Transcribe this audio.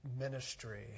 ministry